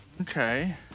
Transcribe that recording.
Okay